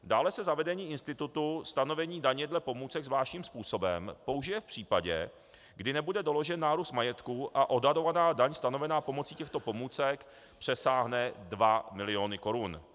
Dále se zavedení institutu stanovení daně dle pomůcek zvláštním způsobem použije v případě, kdy nebude doložen nárůst majetku a odhadovaná daň stanovená pomocí těchto pomůcek přesáhne 2 miliony korun.